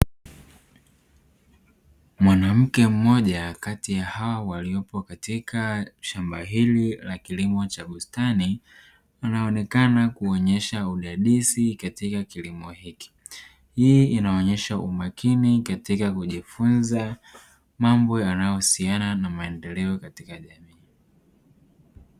Mwanamke mmoja kati ya hawa walioko katika shamba hili la kilimo cha bustani, anaonekana kuonyesha udadisi katika kilimo hiki. Hii inaonyesha umakini katika kujifunza mambo yanayohusiana na maendeleo katika jamii.